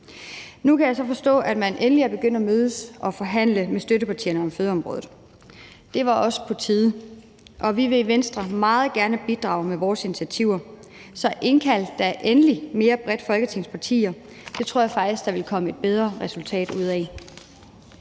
Nu kan jeg så forstå, at man endelig er begyndt at mødes og forhandle med støttepartierne om fødeområdet. Det var også på tide. Vi vil i Venstre meget gerne bidrage med vores initiativer. Så indkald da endelig Folketingets partier mere bredt. Det tror jeg faktisk der ville komme et bedre resultat ud af.